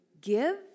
give